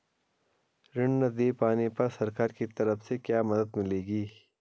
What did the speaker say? ऋण न दें पाने पर सरकार की तरफ से क्या मदद मिलेगी?